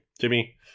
Jimmy